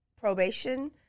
probation